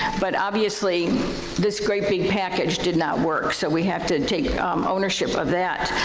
but obviously this great big package did not work so we have to take ownership of that.